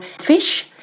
fish